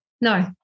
No